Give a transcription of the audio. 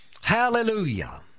Hallelujah